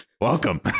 welcome